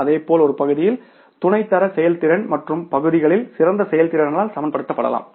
அதேபோல் ஒரு பகுதியில் துணை தர செயல்திறன் மற்ற பகுதிகளில் சிறந்த செயல்திறனால் சமப்படுத்தப்படலாம்